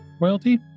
royalty